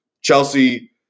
Chelsea